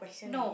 no